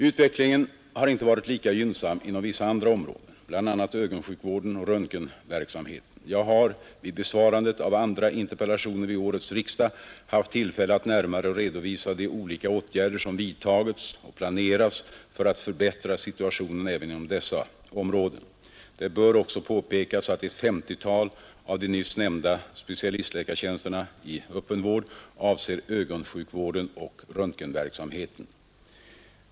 Utvecklingen har inte varit lika gynnsam inom vissa andra områden, bl.a. ögonsjukvärden och röntgenverksamheten. Jag har vid besvarandet av andra interpellationer vid årets riksdag haft tillfälle att närmare redovisa de olika åtgärder som vidtagits och planeras för att förbättra situatiqnen även inom dessa områden. Det bör ocksa påpekas att ett 5S0-tal av de nyss nämnda specialistläkartjänsterna i öppen vård avser ögonsjukvården och röntgenverksamheten.